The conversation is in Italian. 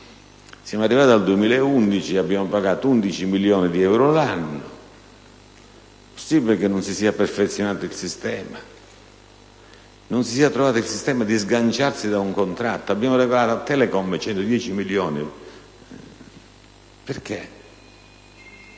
siamo arrivati al 2011, abbiamo pagato 11 milioni di euro l'anno. Possibile che non si sia perfezionato il sistema e non si sia trovato il modo di sganciarsi dal contratto? Abbiamo regalato a Telecom 110 milioni: perché?